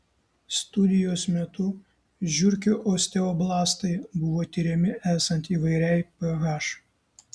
studijos metu žiurkių osteoblastai buvo tiriami esant įvairiai ph